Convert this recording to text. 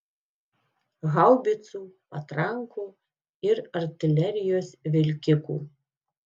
haubicų patrankų ir artilerijos vilkikų